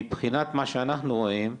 מבחינת מה שאנחנו רואים,